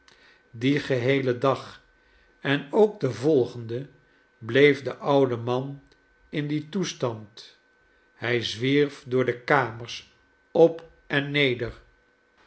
dien geheelen dag en ook den volgenden bleef de oude man in dien toestand hij zwierf door de kamers op en neder